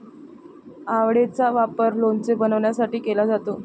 आवळेचा वापर लोणचे बनवण्यासाठी केला जातो